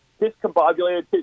discombobulated